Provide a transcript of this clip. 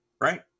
right